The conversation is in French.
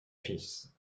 fils